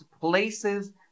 places